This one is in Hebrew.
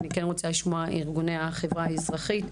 ואני כן רוצה לשמוע את ארגונים של החברה האזרחית.